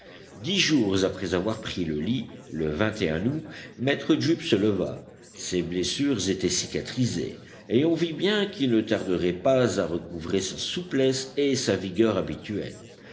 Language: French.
dix jours après avoir pris le lit le août maître jup se leva ses blessures étaient cicatrisées et on vit bien qu'il ne tarderait pas à recouvrer sa souplesse et sa vigueur habituelles